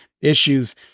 issues